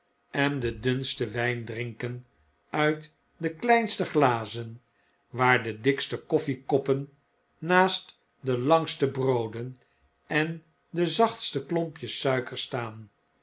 en den dunsten wjjn drinken uit de kleinste glazen waar de dikste koffiekoppen naast de langste brooden en de zachtste klompjes suiker staan